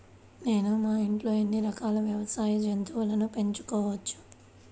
నేను మా ఇంట్లో ఎన్ని రకాల వ్యవసాయ జంతువులను పెంచుకోవచ్చు?